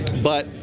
but,